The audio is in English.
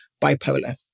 bipolar